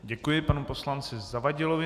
Děkuji panu poslanci Zavadilovi.